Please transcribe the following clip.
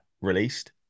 released